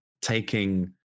taking